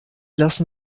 lassen